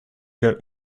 good